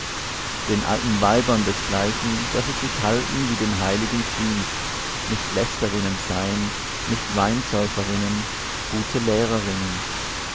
den alten weibern desgleichen daß sie sich halten wie den heiligen ziemt nicht lästerinnen seien nicht weinsäuferinnen gute lehrerinnen